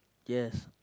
yes